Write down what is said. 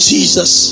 Jesus